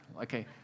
Okay